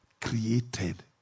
created